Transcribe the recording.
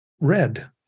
red